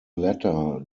latter